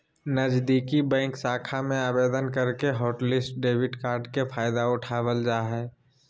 नजीदीकि बैंक शाखा में आवेदन करके हॉटलिस्ट डेबिट कार्ड के फायदा उठाबल जा हय